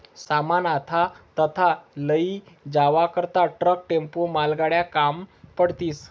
सामान आथा तथा लयी जावा करता ट्रक, टेम्पो, मालगाड्या काम पडतीस